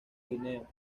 guinea